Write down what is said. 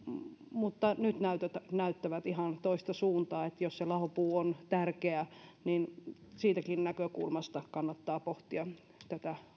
mutta nyt näytöt näyttävät ihan toista suuntaa että jos se lahopuu on tärkeä niin siitäkin näkökulmasta kannattaa pohtia tätä